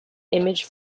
image